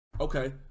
Okay